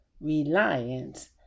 reliance